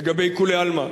לגבי כולי עלמא.